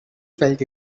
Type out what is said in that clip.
felt